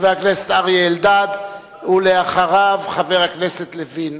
חבר הכנסת אריה אלדד, ואחריו, חבר הכנסת לוין.